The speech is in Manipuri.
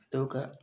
ꯑꯗꯨꯒ